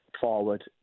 forward